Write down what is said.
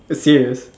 serious